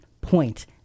point